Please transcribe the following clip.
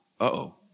Uh-oh